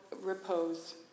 repose